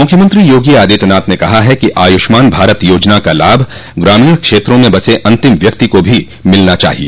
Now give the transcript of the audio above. मुख्यमंत्री योगी आदित्यनाथ ने कहा है कि आयुष्मान भारत योजना का लाभ ग्रामीण क्षेत्रों में बसे अंतिम व्यक्ति को भी मिलना चाहिए